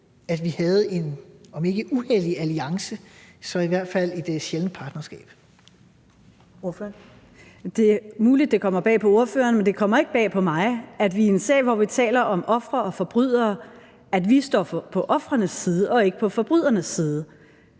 Kl. 13:12 Første næstformand (Karen Ellemann): Ordføreren. Kl. 13:12 Pernille Vermund (NB): Det er muligt, at det kommer bag på ordføreren, men det kommer ikke bag på mig, at vi i en sag, hvor vi taler om ofre og forbrydere, står på ofrenes side og ikke på forbrydernes side.